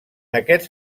aquests